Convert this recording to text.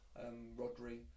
Rodri